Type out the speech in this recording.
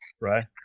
right